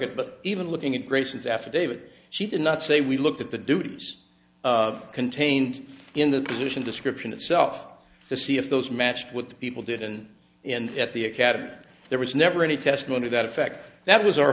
it but even looking at grayson's affidavit she did not say we looked at the duties contained in the position description itself to see if those matched with the people didn't and at the academy there was never any test going to that effect that was our